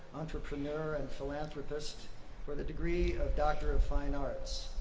entrepreneur, and philanthropist for the degree of doctor of fine arts.